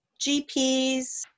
GPs